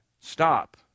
Stop